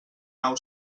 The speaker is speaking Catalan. nau